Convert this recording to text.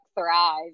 thrive